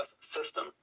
system